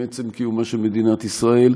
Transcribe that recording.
עם עצם קיומה של מדינת ישראל,